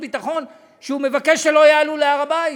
והביטחון שהוא מבקש שלא יעלו להר-הבית.